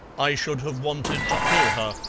i should have wanted to kill her.